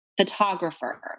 photographer